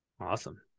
Awesome